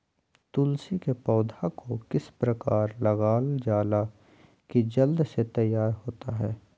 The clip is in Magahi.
तुलसी के पौधा को किस प्रकार लगालजाला की जल्द से तैयार होता है?